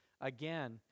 Again